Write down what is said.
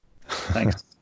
thanks